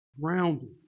grounded